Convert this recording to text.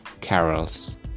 carols